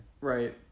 Right